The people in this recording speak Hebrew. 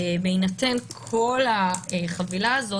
בהינתן כל החבילה הזאת,